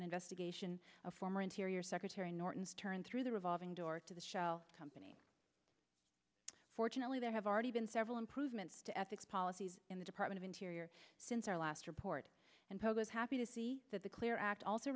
an investigation of former interior secretary norton turn through the revolving door to the shell company fortunately there have already been several improvements to ethics policies in the department of interior since our last report and pogo is happy to see that the clear act also